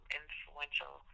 influential